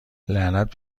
لعنت